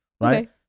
Right